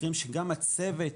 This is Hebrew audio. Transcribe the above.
מקרים שגם הצוות,